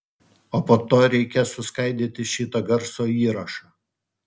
o po to reikės suskaidyti šitą garso įrašą